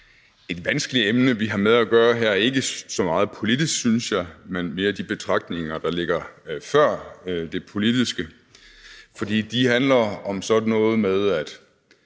et vanskeligt emne, vi har med at gøre her, ikke så meget politisk, synes jeg, men mere de betragtninger, der ligger før det politiske. For de handler om sådan noget med, at